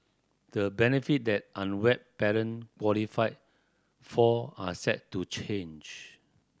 the benefit that unwed parent qualify for are set to change